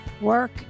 work